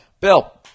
Bill